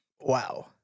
Wow